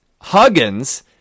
Huggins